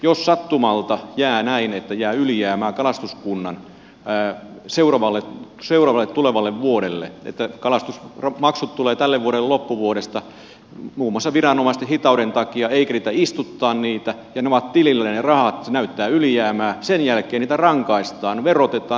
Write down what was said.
jos sattumalta käy näin että jää ylijäämää kalastuskunnan seuraavalle tulevalle vuodelle että kalastusmaksut tulevat tälle vuodelle loppuvuodesta muun muassa viranomaisten hitauden takia ei keretä istuttamaan ja ne ovat tilillä ne rahat se näyttää ylijäämää sen jälkeen niitä rankaistaan verotetaan rankasti